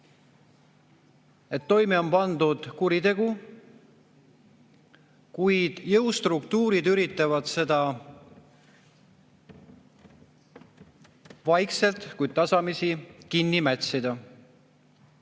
et toime on pandud kuritegu, kuid jõustruktuurid üritavad seda vaikselt, kuid tasapisi kinni mätsida.